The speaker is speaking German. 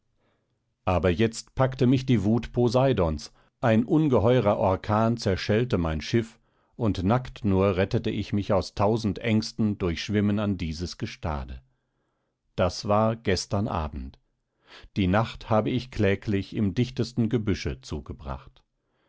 aber jetzt packte mich die wut poseidons ein ungeheurer orkan zerschellte mein schiff und nackt nur rettete ich mich aus tausend ängsten durch schwimmen an dieses gestade das war gestern abend die nacht habe ich kläglich im dichtesten gebüsche zugebracht